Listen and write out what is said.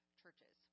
churches